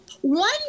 one